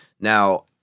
Now